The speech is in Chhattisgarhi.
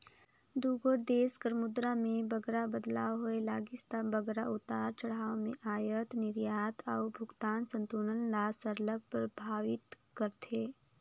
दुगोट देस कर मुद्रा में बगरा बदलाव होए लगिस ता बगरा उतार चढ़ाव में अयात निरयात अउ भुगतान संतुलन ल सरलग परभावित करथे